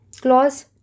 Clause